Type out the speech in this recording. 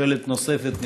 שואלת נוספת נרשמה,